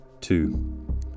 Two